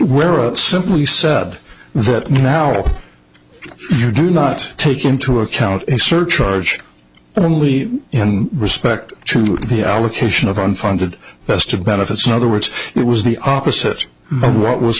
where a simply said that now you do not take into account a surcharge only and respect to the allocation of unfunded tested benefits in other words it was the opposite